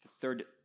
third